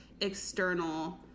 external